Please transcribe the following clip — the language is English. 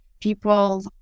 people